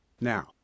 Now